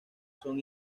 son